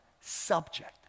subject